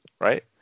Right